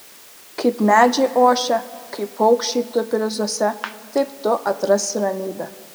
kaip medžiai ošia kaip paukščiai tupi lizduose taip tu atrasi ramybę